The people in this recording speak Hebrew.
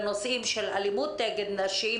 ואלימות נגד נשים,